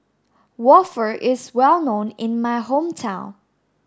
Waffle is well known in my hometown